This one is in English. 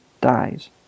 dies